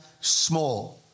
small